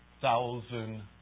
Thousand